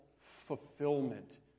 fulfillment